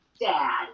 dad